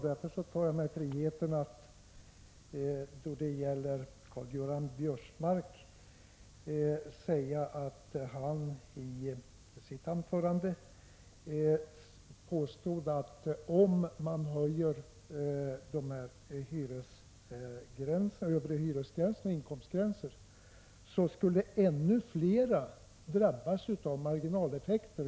Därför tar jag mig friheten att säga att Karl-Göran Biörsmark i sitt anförande påstod att om man höjer hyresgränserna och den övre inkomstgränsen skulle ännu flera drabbas av marginaleffekter.